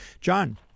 John